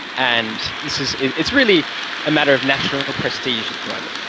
and this is, it's really a matter of national prestige at the moment.